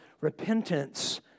repentance